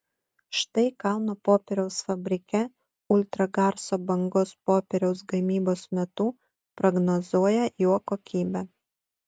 štai kauno popieriaus fabrike ultragarso bangos popieriaus gamybos metu prognozuoja jo kokybę